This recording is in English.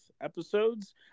episodes